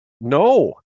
No